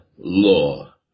law